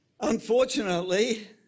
Unfortunately